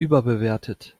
überbewertet